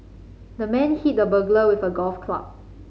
the man hit the burglar with a golf club